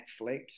netflix